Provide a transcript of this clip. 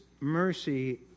mercy